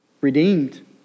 redeemed